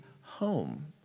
home